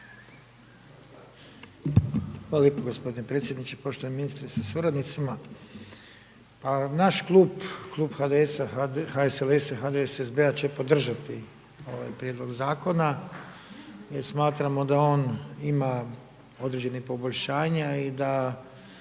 Hvala lijepo gospodin potpredsjedniče, poštovani ministre sa suradnicima. Naš klub, Klub HDS-a, HSLS-a i HDSSB-a će podržati ovaj prijedlog zakona, jer smatramo da on ima određena poboljšanja i da